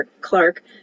Clark